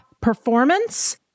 Performance